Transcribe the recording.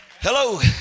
Hello